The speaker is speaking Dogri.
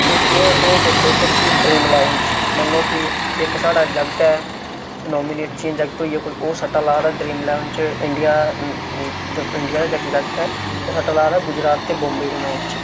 ते जियां हून तुस कोह्की ड्रीम इलेवन च मन्नो कि इक स्हाड़ा जागत ऐ नोमीनेट जियां जागत होई गेआ ओह् सट्टा ला दा ड्रीम इलेवन च इंडिया इंडिया दा जे कोई जागत ऐ ओह् सट्टा ला दा गुजरात ते बोम्बे दे मैच च